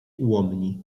ułomni